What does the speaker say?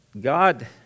God